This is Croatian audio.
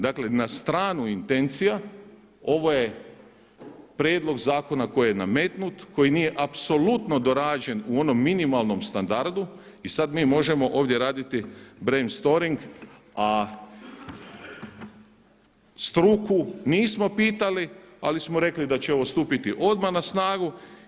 Dakle na stranu intencija ovo je prijedlog zakona koji je nametnut, koji nije apsolutno dorađen u onom minimalnom standardu i sad mi možemo ovdje raditi brainstorming a struku nismo pitali ali smo rekli da će ovo stupiti odmah na snagu.